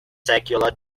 circular